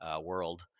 world